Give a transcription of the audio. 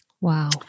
Wow